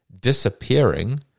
disappearing